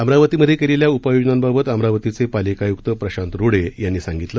अमरावतीमधे केलेल्या उपाययोजनांबाबत अमरावतीचे पालिका आयुक्त प्रशांत रोडे यांनी यांनी सांगितलं